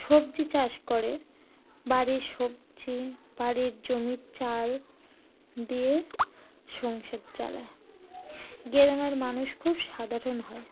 সবজি চাষ করে বাড়ির সবজি বাড়ির জমির চাল দিয়ে সংসার চালায় গেরামের মানুষ খুব সাধারণ হয়